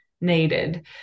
needed